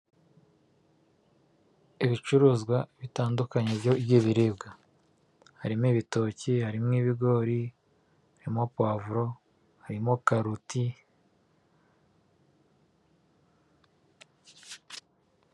Ibicuruzwa bitandukanye by'ibiribwa. Harimo ibitoki, harimo ibigori, harimo poivro, harimo karoti.